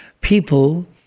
people